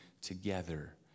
together